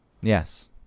Yes